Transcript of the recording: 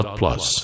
plus